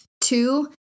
Two